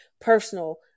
personal